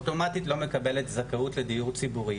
אוטומטית לא מקבלת זכאות לדיור ציבורי,